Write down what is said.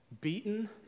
beaten